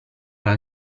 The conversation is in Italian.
alla